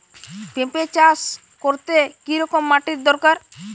পেঁপে চাষ করতে কি রকম মাটির দরকার?